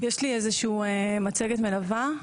מצגת מלווה.